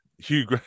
Hugh